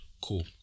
cool